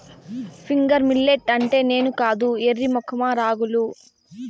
finger millet అంటే నేను కాదు ఎర్రి మొఖమా రాగులు